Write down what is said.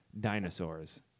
dinosaurs